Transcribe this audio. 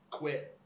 quit